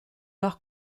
leurs